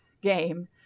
game